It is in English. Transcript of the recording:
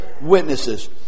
witnesses